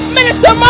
Minister